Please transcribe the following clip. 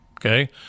okay